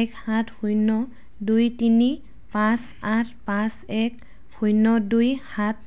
এক সাত শূন্য দুই তিনি পাঁচ আঠ পাঁচ এক শূন্য দুই সাত